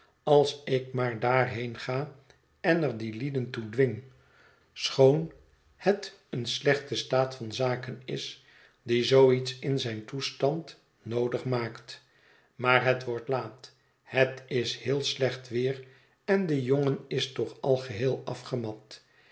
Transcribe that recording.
als ik maar daarheen ga en er die lieden toe dwing schoon het een slechte staat van zaken is die zoo iets in zijn toestand noodig maakt maar het wordt laat het is heel slecht weer en de jongen is toch al geheel afgemat